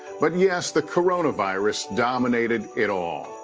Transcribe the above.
but yes, the coronavirus dominated it all.